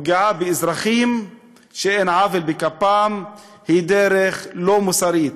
פגיעה באזרחים שאין עוול בכפם היא דרך לא מוסרית.